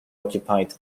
occupied